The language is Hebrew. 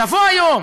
לבוא היום,